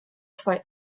zwei